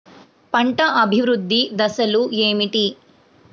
పంట అభివృద్ధి దశలు ఏమిటి?